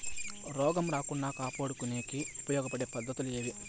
రోగం రాకుండా కాపాడుకునేకి ఉపయోగపడే పద్ధతులు ఏవి?